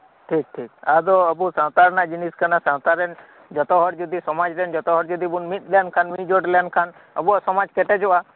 ᱴᱷᱤᱠ ᱴᱷᱤᱠ ᱟᱵᱩ ᱥᱟᱶᱛᱟ ᱨᱮᱱᱟᱜ ᱡᱤᱱᱤᱥ ᱠᱟᱱᱟ ᱥᱟᱶᱛᱟᱨᱮᱱ ᱡᱚᱛᱚᱦᱚᱲ ᱡᱩᱫᱤ ᱥᱚᱢᱟᱨᱮᱱ ᱡᱚᱛᱚᱦᱚᱲ ᱡᱚᱫᱤᱵᱩᱱ ᱢᱤᱫᱞᱮᱱᱠᱷᱟᱱ ᱢᱤᱫᱡᱚᱴ ᱞᱮᱱᱠᱷᱟᱱ ᱟᱵᱩᱣᱟᱜ ᱥᱚᱢᱟᱡ ᱠᱮᱴᱮᱪᱚᱜᱼᱟ